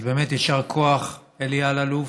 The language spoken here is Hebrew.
אז באמת יישר כוח, אלי אלאלוף.